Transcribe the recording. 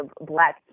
black